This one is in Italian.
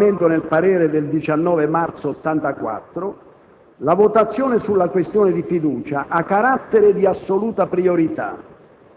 come rilevò la Giunta per il Regolamento nel parere del 19 marzo 1984 - la votazione della questione di fiducia ha carattere di assoluta priorità,